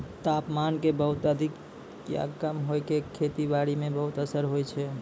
तापमान के बहुत अधिक या कम होय के खेती बारी पर बहुत असर होय छै